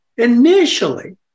Initially